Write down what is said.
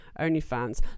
OnlyFans